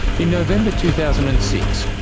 in november two thousand and six,